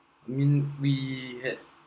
I mean we had